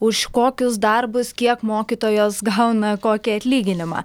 už kokius darbus kiek mokytojas gauna kokį atlyginimą